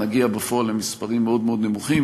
נגיע בפועל למספרים מאוד מאוד נמוכים.